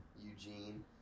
Eugene